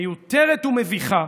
מיותרת ומביכה,